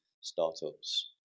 startups